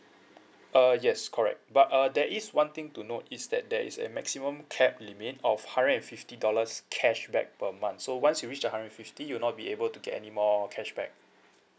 uh yes correct but uh there is one thing to know is that there is a maximum cap limit of hundred and fifty dollars cashback per month so once you reach a hundred and fifty you're not be able to get any more cashback